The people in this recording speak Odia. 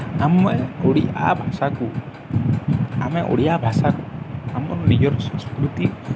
ଆମେ ଓଡ଼ିଆ ଭାଷାକୁ ଆମେ ଓଡ଼ିଆ ଭାଷା ଆମର ନିଜର ସଂସ୍କୃତି